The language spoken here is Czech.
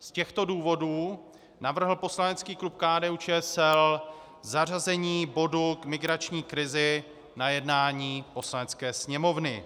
Z těchto důvodů navrhl poslanecký klub KDUČSL zařazení bodu k migrační krizi na jednání Poslanecké sněmovny.